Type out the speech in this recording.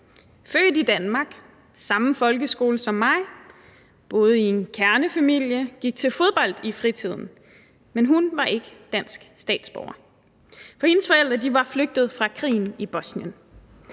født i Danmark, gik i samme folkeskole som mig, boede i en kernefamilie og gik til fodbold i fritiden, men hun var ikke dansk statsborger, for hendes forældre var flygtet fra krigen i Bosnien.